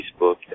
Facebook